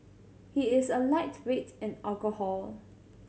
he is a lightweight in alcohol